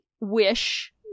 wish